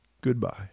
Goodbye